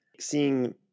Seeing